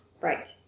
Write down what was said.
Right